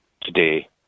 today